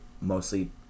mostly